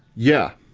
yeah.